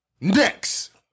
Next